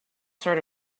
sort